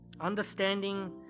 Understanding